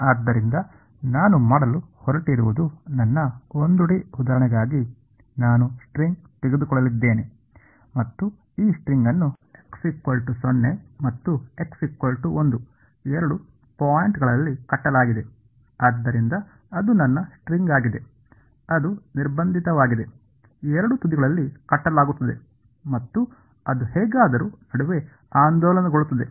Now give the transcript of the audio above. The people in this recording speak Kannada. ಆದ್ದರಿಂದ ನಾನು ಮಾಡಲು ಹೊರಟಿರುವುದು ನನ್ನ 1 ಡಿ ಉದಾಹರಣೆಗಾಗಿ ನಾನು ಸ್ಟ್ರಿಂಗ್ ತೆಗೆದುಕೊಳ್ಳಲಿದ್ದೇನೆ ಮತ್ತು ಈ ಸ್ಟ್ರಿಂಗ್ ಅನ್ನು x0 ಮತ್ತು x1 ಎರಡು ಪಾಯಿಂಟ್ಗಳಲ್ಲಿ ಕಟ್ಟಲಾಗಿದೆ ಆದ್ದರಿಂದ ಅದು ನನ್ನ ಸ್ಟ್ರಿಂಗ್ ಆಗಿದೆ ಅದು ನಿರ್ಬಂಧಿತವಾಗಿದೆ ಎರಡು ತುದಿಗಳಲ್ಲಿ ಕಟ್ಟಲಾಗುತ್ತದೆ ಮತ್ತು ಅದು ಹೇಗಾದರೂ ನಡುವೆ ಆಂದೋಲನಗೊಳ್ಳುತ್ತದೆ